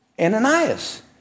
Ananias